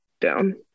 down